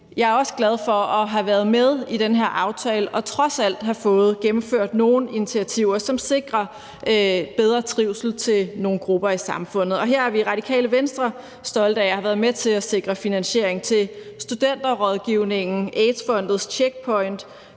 jeg er også glad for at have været med i den her aftale og trods alt have fået gennemført nogle initiativer, som sikrer bedre trivsel til nogle grupper i samfundet. Her er vi i Radikale Venstre stolte af at have været med til at sikre finansiering til Studenterrådgivningen og AIDS-Fondets Checkpoint,